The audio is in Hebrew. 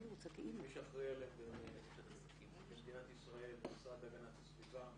מי שאחראי עליהם במדינת ישראל זה המשרד להגנת הסביבה.